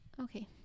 Okay